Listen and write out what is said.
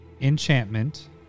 enchantment